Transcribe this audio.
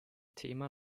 thema